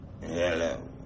Hello